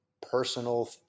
personal